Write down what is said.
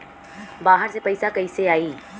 बाहर से पैसा कैसे आई?